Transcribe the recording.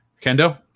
Kendo